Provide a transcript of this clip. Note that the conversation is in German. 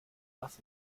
was